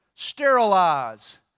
Sterilize